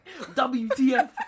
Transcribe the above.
WTF